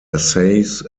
essays